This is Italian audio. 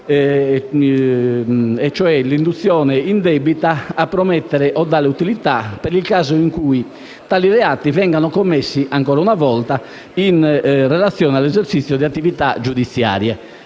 e cioè l'induzione indebita a dare o promettere utilità, nel caso in cui tali reati vengano commessi, ancora una volta, in relazione all'esercizio di attività giudiziarie.